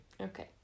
Okay